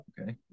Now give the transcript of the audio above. Okay